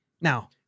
Now